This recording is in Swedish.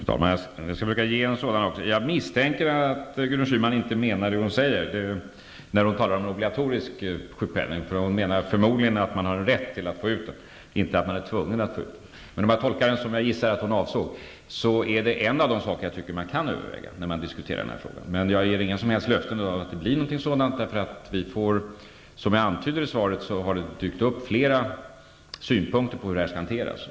Fru talman! Jag skall försöka ge en kommentar. Jag misstänker att Gudrun Schyman inte menar det hon säger när hon talar om obligatorisk sjukpenning. Hon menar förmodligen att man har en rätt att få ut den, inte att man är tvungen att ta ut den. Om jag tolkar det så som jag gissar att hon avser, är det en av de saker som jag tycker att man kan överväga när man diskuterar den här frågan. Men jag ger inga som helst löften om att det blir något sådant, då det, som jag antyder i svaret, har dykt upp flera synpunkter på hur detta skall hanteras.